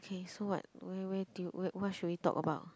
okay so what where where do you what what should we talk about